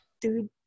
Dude